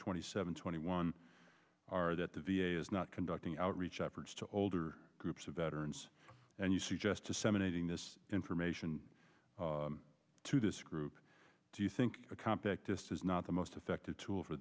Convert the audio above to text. twenty seven twenty one are that the v a is not conducting outreach efforts to older groups of veterans and you suggest disseminating this information to this group do you think a compact just is not the most effective tool for